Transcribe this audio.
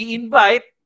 invite